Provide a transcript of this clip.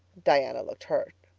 diana looked hurt.